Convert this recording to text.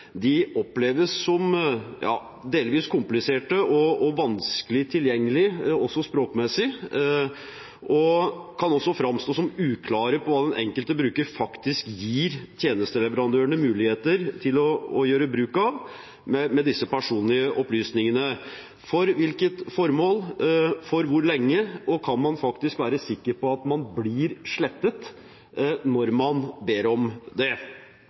de kan også framstå som uklare på hva den enkelte bruker faktisk gir tjenesteleverandørene muligheter til å gjøre når det gjelder bruk av personlige opplysninger – for hvilket formål, for hvor lenge og om man faktisk kan være sikker på at man blir slettet når man ber om det.